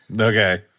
Okay